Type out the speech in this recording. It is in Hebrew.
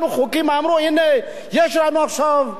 יש לנו עכשיו כלכלה טובה,